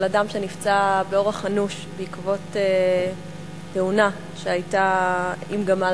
אדם שנפצע באורח אנוש בעקבות תאונה שהיתה עם גמל.